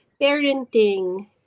parenting